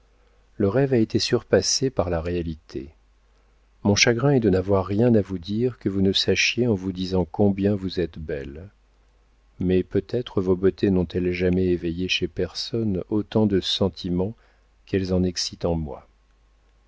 le rêve a été surpassé par la réalité mon chagrin est de n'avoir rien à vous dire que vous ne sachiez en vous disant combien vous êtes belle mais peut-être vos beautés n'ont-elles jamais éveillé chez personne autant de sentiments qu'elles en excitent en moi